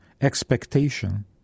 expectation